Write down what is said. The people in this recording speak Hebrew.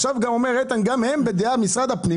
עכשיו אומר איתן שגם הם בדעה משרד הפנים